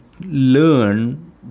learn